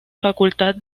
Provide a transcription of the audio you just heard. facultad